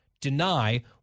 deny